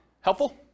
Helpful